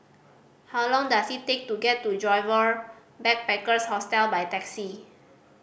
how long does it take to get to Joyfor Backpackers' Hostel by taxi